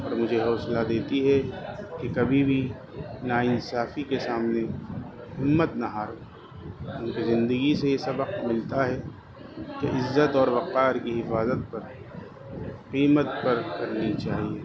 اور مجھے حوصلہ دیتی ہے کہ کبھی بھی نا انصافی کے سامنے ہمت نہ ہارو ان کی زندگی سے یہ سبق ملتا ہے کہ عزت اور وقار کی حفاظت پر قیمت پر کرنی چاہیے